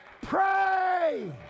Pray